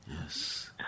Yes